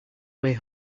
way